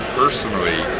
personally